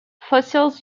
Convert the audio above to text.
fossils